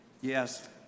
Yes